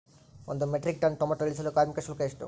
ಒಂದು metric ton tomato ಇಳಿಸಲು ಕಾರ್ಮಿಕರ ಶುಲ್ಕ ಎಷ್ಟು?